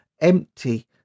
empty